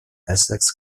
essex